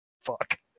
Fuck